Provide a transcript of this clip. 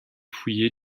fouiller